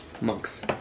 monks